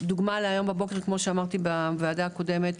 דוגמה להיום בבוקר כמו שאמרתי בוועדה הקודמת,